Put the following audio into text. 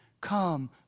come